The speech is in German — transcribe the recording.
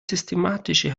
systematische